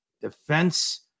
defense